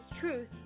Truth